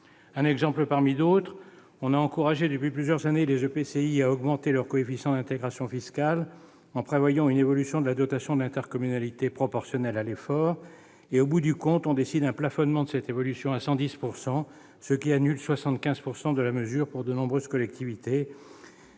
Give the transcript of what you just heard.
Un exemple parmi d'autres : on a encouragé depuis plusieurs années les EPCI à augmenter leur coefficient d'intégration fiscale en prévoyant une évolution de la dotation d'intercommunalité proportionnelle à l'effort, et, au bout du compte, on décide un plafonnement de cette évolution à 110 %, ce qui annule 75 % de la mesure pour de nombreuses collectivités.